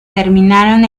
terminaron